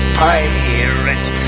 pirate